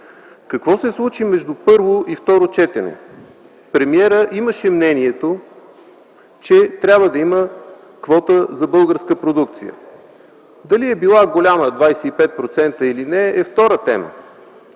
Какво се случи между първо и второ четене? Премиерът имаше мнението, че трябва да има квота за българска продукция. Дали е била голяма – 25%, или не, това е втора тема.